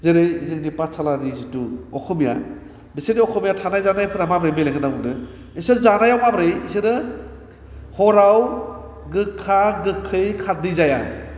जेरै जोंनि पाठसालानि जिथु अस'मिया बिसोर अस'मिया थानाय जानायफोरा माबोरै बेलेग होन्ना बुंदों बिसोर जानायाव माबोरै बिसोरो हराव गोखा गोखै खारदै जाया